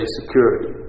security